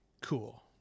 cool